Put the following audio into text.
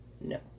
No